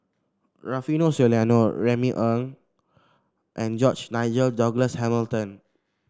Rufino Soliano Remy Ong and George Nigel Douglas Hamilton